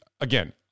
again